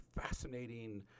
fascinating